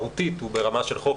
מהותית הוא ברמה של חוק,